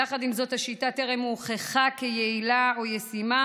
יחד עם זאת השיטה טרם הוכחה כיעילה או ישימה,